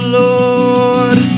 lord